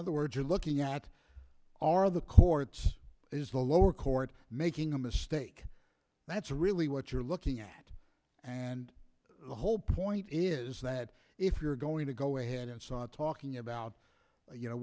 other words you're looking at are of the courts is the lower court making a mistake that's really what you're looking at and the whole point is that if you're going to go ahead and saw talking about you know